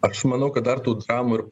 aš manau kad dar tų dramų ir